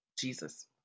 Jesus